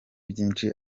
byinshi